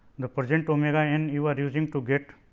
the present omega n you are using to get